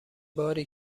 باری